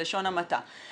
בלשון המעטה.